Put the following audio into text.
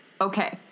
okay